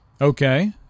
Okay